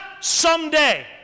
someday